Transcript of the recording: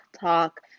talk